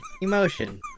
emotion